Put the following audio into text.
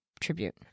tribute